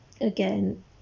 again